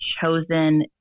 chosen